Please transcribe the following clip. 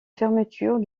fermeture